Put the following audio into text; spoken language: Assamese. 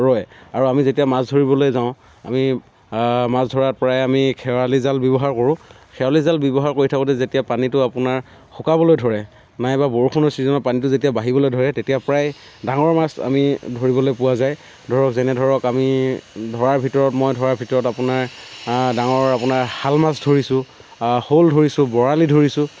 ৰয় আৰু আমি যেতিয়া মাছ ধৰিবলৈ যাওঁ আমি মাছ ধৰাত প্ৰায় আমি খেৱালি জাল ব্যৱহাৰ কৰোঁ খেৱালি জাল ব্যৱহাৰ কৰি থাকোঁতে যেতিয়া পানীতো আপোনাৰ শুকাবলৈ ধৰে নাইবা বৰষুণৰ ছিজনত পানীটো যেতিয়া বাঢ়িবলৈ ধৰে তেতিয়া প্ৰায় ডাঙৰ মাছ আমি ধৰিবলৈ পোৱা যায় ধৰক যেনে ধৰক আমি ধৰাৰ ভিতৰত মই ধৰাৰ ভিতৰত আপোনাৰ ডাঙৰ আপোনাৰ শাল মাছ ধৰিছো শ'ল ধৰিছো বৰালি ধৰিছো